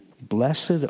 Blessed